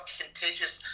contagious